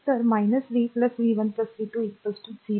तर v v 1 v 2 0